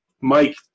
Mike